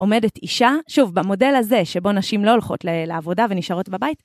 עומדת אישה, שוב, במודל הזה, שבו נשים לא הולכות לעבודה ונשארות בבית.